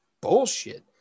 bullshit